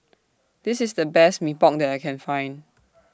This IS The Best Mee Pok that I Can Find